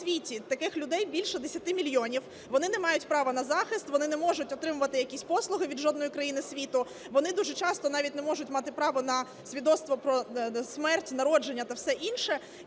в світі таких людей більше 10 мільйонів. Вони не мають права на захист, вони не можуть отримувати якісь послуги від жодної країни світу, вони дуже часто навіть не можуть мати право на свідоцтво про смерть, народження та все інше.